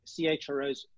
CHROs